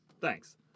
Thanks